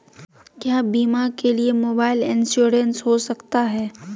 क्या बीमा के लिए मोबाइल इंश्योरेंस हो सकता है?